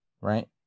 right